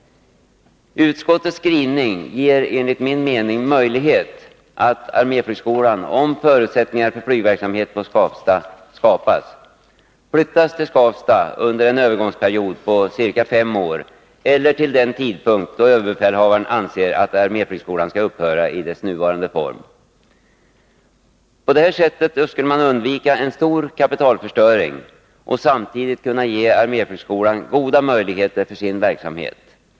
Utskottets skrivning ger enligt min mening möjlighet att, om förutsättningar för flygverksamhet på Skavsta skapas, flytta arméflygskolan till Skavsta under en övergångsperiod på ca fem år eller till den tidpunkt då överbefälhavaren anser att arméflygskolan i sin nuvarande form skall upphöra. På detta sätt skulle man undvika en stor kapitalförstöring och samtidigt kunna ge arméflygskolan goda möjligheter för dess verksamhet.